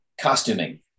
costuming